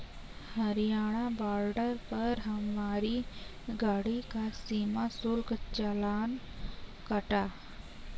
Haryana border पर हमारी गाड़ी का सीमा शुल्क चालान कटा